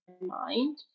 mind